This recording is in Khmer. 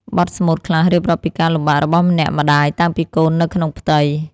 បទស្មូតខ្លះរៀបរាប់ពីការលំបាករបស់អ្នកម្ដាយតាំងពីកូននៅក្នុងផ្ទៃ។